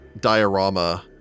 diorama